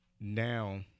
now